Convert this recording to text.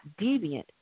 deviant